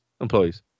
employees